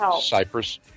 Cyprus